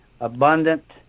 abundant